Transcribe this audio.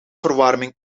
verwarming